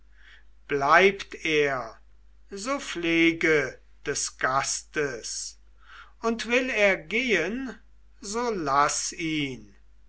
bleibt er so pflege des gastes und will er gehen so laß ihn